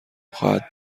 خواهد